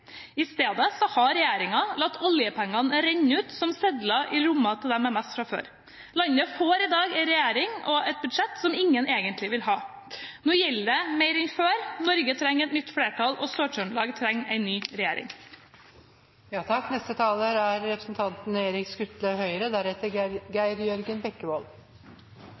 I stedet har regjeringen latt oljepengene renne ut som sedler i lomma til dem med mest fra før. Landet får i dag et budsjett som ingen egentlig vil ha. Nå gjelder det mer enn før – Norge trenger et nytt flertall, og Sør-Trøndelag trenger en ny regjering. Etter å ha fulgt denne debatten i løpet av dagen i dag er